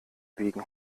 biegen